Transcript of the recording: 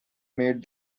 made